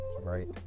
right